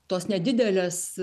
tos nedidelės